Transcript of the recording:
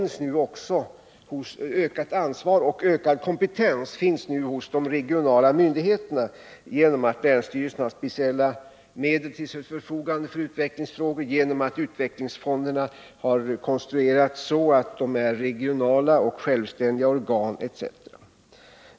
Nej, ökat ansvar och ökad kompetens finns nu hos de regionala myndigheterna genom att länsstyrelserna har speciella medel till sitt förfogande för utvecklingsfrågor, genom att utvecklingsfonderna har konstruerats så att de är regionala och självständiga organ etc.